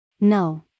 No